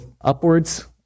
upwards